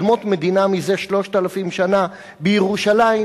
אדמות מדינה מזה 3,000 שנה בירושלים,